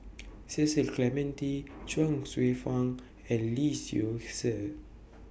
Cecil Clementi Chuang Hsueh Fang and Lee Seow Ser